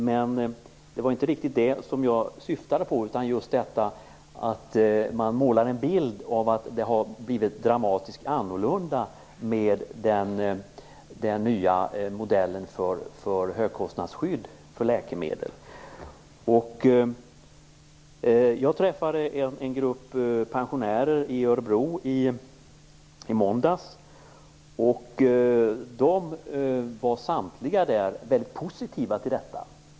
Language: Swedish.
Men det var inte riktigt det jag syftade på, utan jag syftade på detta att man målar en bild av att det har blivit dramatiskt annorlunda med den nya modellen för högkostnadsskydd för läkemedel. Jag träffade en grupp pensionärer i Örebro i måndags. Samtliga var väldigt positiva till detta.